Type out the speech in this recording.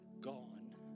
gone